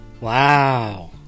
Wow